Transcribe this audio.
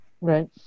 right